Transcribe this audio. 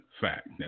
fact